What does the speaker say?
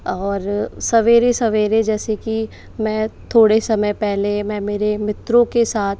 और सवेरे सवेरे जैसे कि मैं थोड़े समय पहले मैं मेरे मित्रों के साथ